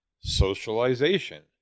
socialization